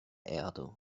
erde